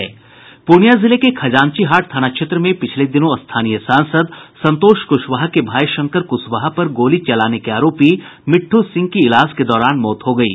पूर्णियां जिले के खजांची हाट थाना क्षेत्र में पिछले दिनों स्थानीय सांसद संतोष कुशवाहा के भाई शंकर कुशवाहा पर गोली चलाने के आरोपी मिठ् सिंह की इलाज के दौरान मौत हो गयी